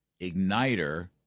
igniter